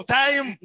time